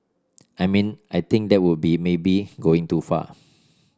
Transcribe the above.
I mean I think that would be maybe going too far